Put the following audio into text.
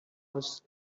was